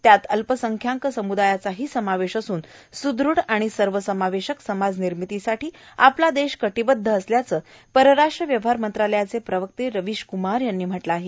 त्यात अल्पसंख्यांक समुदायाचाही समावेश असून सुदृढ आणि सर्वसमावेशक समाज निर्मितीसाठी आपला देश कटिबध्द असल्याचं परराष्ट व्यवहार मंत्रालयाचे प्रवक्ते रविश क्मार यांनी म्हटलं आहे